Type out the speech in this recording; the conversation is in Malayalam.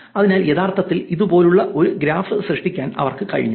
അതിനാൽ യഥാർത്ഥത്തിൽ ഇതുപോലുള്ള ഒരു ഗ്രാഫ് സൃഷ്ടിക്കാൻ അവർക്ക് കഴിഞ്ഞു